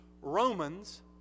Romans